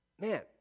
man